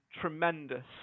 tremendous